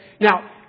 Now